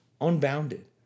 Unbounded